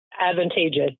advantageous